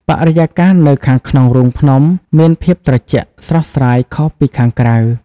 បរិយាកាសនៅខាងក្នុងរូងភ្នំមានភាពត្រជាក់ស្រស់ស្រាយខុសពីខាងក្រៅ។